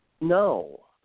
no